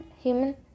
human